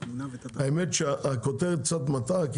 האמת שהכותרת קצת מטעה,